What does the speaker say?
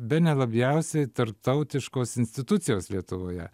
bene labiausiai tarptautiškos institucijos lietuvoje